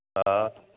हा